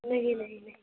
नहीं नहीं नहीं